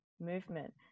movement